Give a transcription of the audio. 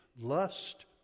lust